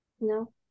no